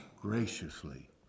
graciously